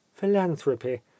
philanthropy